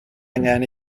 angen